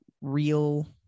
Real